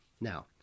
Now